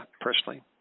personally